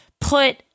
put